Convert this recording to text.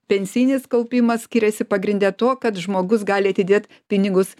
pensinis kaupimas skiriasi pagrinde tuo kad žmogus gali atidėt pinigus